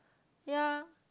ya